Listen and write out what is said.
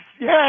yes